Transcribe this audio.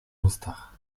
ustach